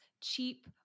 cheap